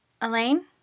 Elaine